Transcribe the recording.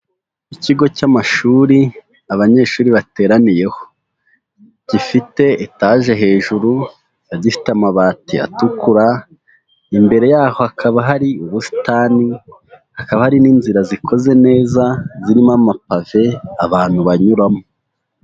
Ikigo cy'amashuri abanyeshuri bateraniyeho, gifite etaje hejuru, gifite amabati atukura, imbere yaho hakaba hari ubusitani, hakaba hari n'inzira zikoze neza zirimo amapave abantu banyuramo.